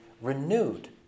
renewed